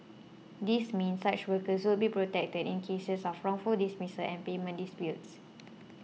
this means such workers will be protected in cases of wrongful dismissals and payment disputes